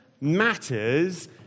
matters